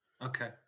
Okay